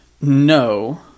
No